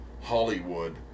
Hollywood